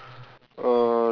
uh